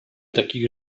takich